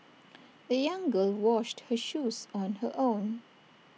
the young girl washed her shoes on her own